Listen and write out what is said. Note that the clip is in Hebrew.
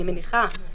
אני מניחה,